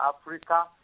Africa